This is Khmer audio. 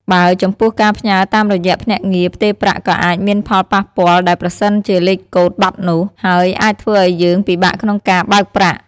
បើចំពោះការផ្ញើរតាមរយៈភ្នាក់ងារផ្ទេរប្រាក់ក៏អាចមានផលប៉ះពាល់ដែលប្រសិនជាលេខកូដបាត់នោះ ហើយអាចធ្វើឲ្យយើងពិបាកក្នុងការបើកប្រាក់។